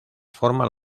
forman